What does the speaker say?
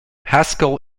haskell